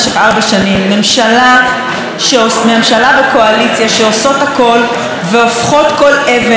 ממשלה וקואליציה שעושות הכול והופכות כל אבן ומביאות